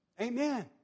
Amen